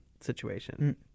situation